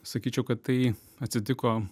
sakyčiau kad tai atsitiko